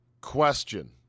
Question